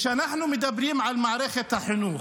כשאנחנו מדברים על מערכת החינוך,